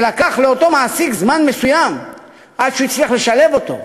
שלקח לאותו מעסיק זמן מסוים עד שהוא הצליח לשלב אותו.